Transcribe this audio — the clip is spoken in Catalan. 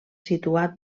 situat